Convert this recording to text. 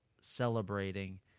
celebrating